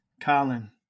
Colin